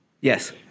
Yes